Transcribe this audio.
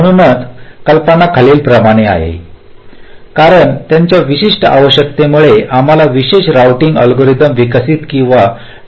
म्हणूनच कल्पना खालीलप्रमाणे आहे कारण त्यांच्या विशिष्ट आवश्यकतेमुळे आम्हाला विशेष रोऊटिंग अल्गोरिदम विकसित किंवा तयार करायचे आहेत